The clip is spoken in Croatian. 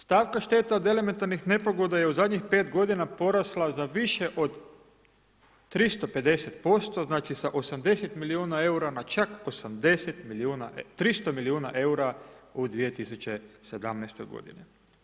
Stavka šteta od elementarnih nepogoda je u zadnjih 5 godina porasla za više od 350% znači, sa 80 milijuna eura na čak 300 milijuna eura u 2017. godini.